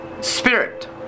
spirit